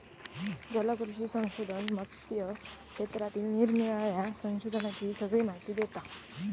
जलकृषी संशोधन मत्स्य क्षेत्रातील निरानिराळ्या संशोधनांची सगळी माहिती देता